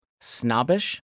snobbish